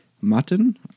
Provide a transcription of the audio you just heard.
mutton